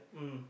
mm